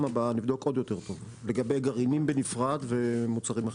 הבאה לגבי גרעינים בנפרד ומוצרים אחרים.